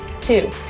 Two